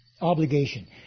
obligation